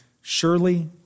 surely